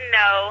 no